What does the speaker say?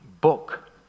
book